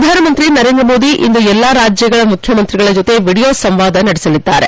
ಪ್ರಧಾನಮಂತಿ ನರೇಂದ ಮೋದಿ ಇಂದು ಎಲ್ಲಾ ರಾಜ್ಯಗಳ ಮುಖ್ಯಮಂತ್ರಿಗಳ ಜೊತೆ ವಿಡಿಯೋ ಸಂವಾದ ನಡೆಸಲಿದ್ದಾರೆ